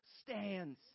stands